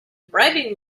bribing